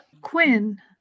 Quinn